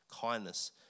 kindness